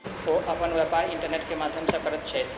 ओ अपन व्यापार इंटरनेट के माध्यम से करैत छथि